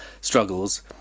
struggles